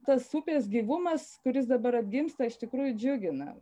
tas upės gyvumas kuris dabar atgimsta iš tikrųjų džiugina